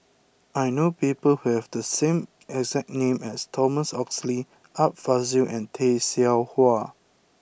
I know people have the exact name as Thomas Oxley Art Fazil and Tay Seow Huah